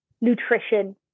nutrition